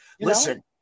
Listen